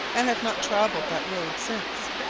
and have not travelled that road since.